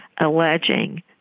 alleging